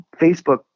facebook